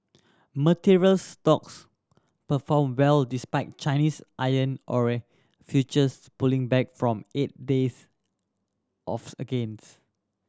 materials stocks perform well despite Chinese iron ore futures pulling back from eight days of against